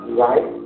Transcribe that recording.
right